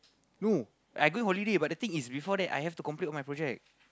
no I going holiday but the thing is before that I have to complete all my project